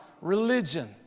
religion